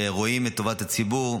שרואים את טובת הציבור,